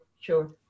sure